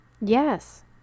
Yes